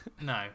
No